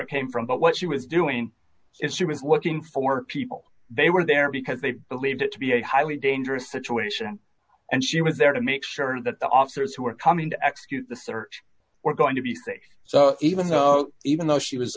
it came from but what she was doing is she was working for people they were there because they believed it to be a highly dangerous situation and she was there to make sure that the officers who were coming to execute the search were going to be safe so even though even though she was